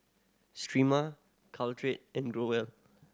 Sterimar Caltrate and Growell